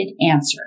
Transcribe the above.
answer